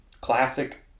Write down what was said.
classic